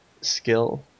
skill